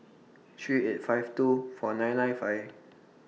three eight five two four nine nine five